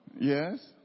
Yes